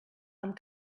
amb